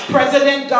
President